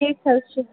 ٹھیٖک حظ چھُ